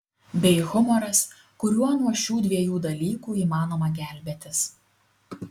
bei humoras kuriuo nuo šių dviejų dalykų įmanoma gelbėtis